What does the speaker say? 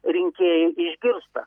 rinkėjai išgirsta